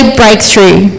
breakthrough